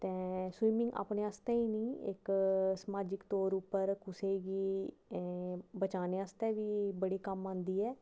swimming अपने आस्तै गै नेईं इक समाजिक तौर उप्पर कुसै गी बचाने आस्तै बी बड़े कम्म आंदी ऐ